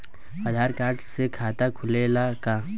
आधार card से खाता खुले ला का?